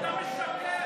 אתה משקר.